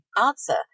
answer